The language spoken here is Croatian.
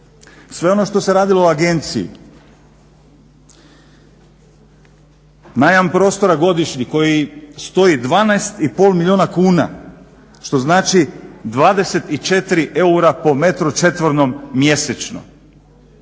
Sve ono što se radilo u agenciji, najam prostora godišnji koji stoji 12,5 milijuna kuna, što znači 24 eura po metru četvornom mjesečno,